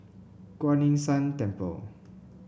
Kuan Yin San Temple